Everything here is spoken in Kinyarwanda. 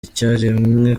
icyarimwe